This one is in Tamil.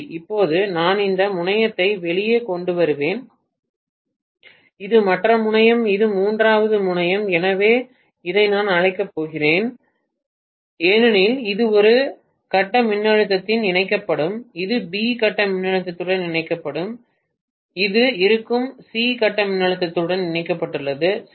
இப்போது நான் இந்த முனையத்தை வெளியே கொண்டு வருவேன் இது மற்ற முனையம் இது மூன்றாவது முனையம் எனவே இதை நான் அழைக்கப் போகிறேன் ஏனெனில் இது ஒரு கட்ட மின்னழுத்தத்துடன் இணைக்கப்படும் இது பி கட்ட மின்னழுத்தத்துடன் இணைக்கப்படும் இது இருக்கும் சி கட்ட மின்னழுத்தத்துடன் இணைக்கப்பட்டுள்ளது சரி